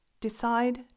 Decide